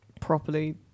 properly